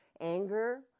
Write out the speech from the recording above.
anger